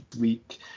week